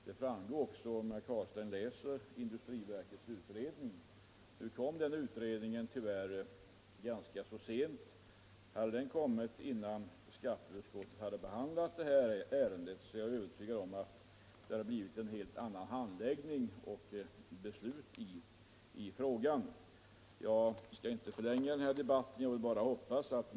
Det framgår också av industriverkets utredning. Den kom tyvärr ganska sent. Hade den kommit innan skatteutskottet hade behandlat detta ärende är jag övertygad om att det hade blivit en helt annan handläggning och ett annat beslut i frågan. Jag skall inte förlänga debatten.